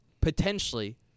potentially